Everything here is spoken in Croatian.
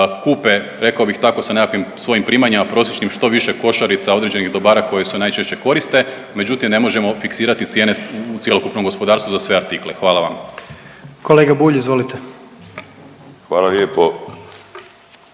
kupe rekao bih tako sa nekakvim svojim primanjima prosječnim što više košarica određenih dobara koje se najčešće koriste, međutim ne možemo fiksirati cijene u cjelokupnom gospodarstvu za sve artikle. Hvala vam. **Jandroković, Gordan